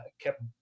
kept